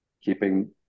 keeping